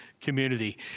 community